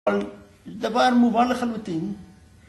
דבר מובן לחלוטין